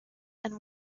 and